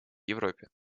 европе